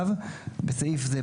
(ו) בסעיף זה,